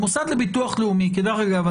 המוסד לביטוח לאומי דרך אגב,